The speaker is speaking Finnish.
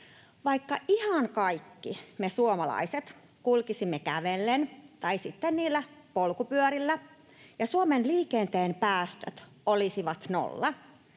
Vaikka me ihan kaikki suomalaiset kulkisimme kävellen tai sitten niillä polkupyörillä ja Suomen liikenteen päästöt olisivat nolla,